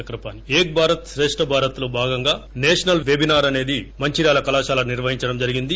చక్రపాణి ఏక్ భారత్ శ్రేష్ భారత్ లో భాగంగా national webinar అనేది మంచిర్కాల కళాశాల నిర్వహించడం జరిగింది